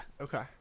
okay